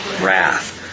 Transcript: wrath